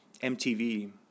MTV